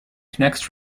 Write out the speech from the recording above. connects